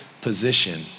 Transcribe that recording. position